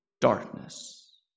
darkness